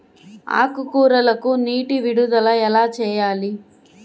ఆకుకూరలకు నీటి విడుదల ఎలా చేయాలి?